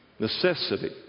Necessity